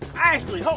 ashley, hold